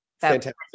Fantastic